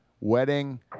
wedding